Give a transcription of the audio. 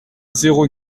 zéro